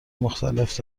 مختلف